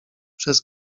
przez